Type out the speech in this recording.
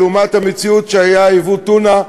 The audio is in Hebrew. לעומת המציאות שהיה ייבוא טונה,